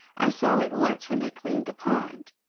i saw it once when they cleaned the pond.